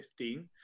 2015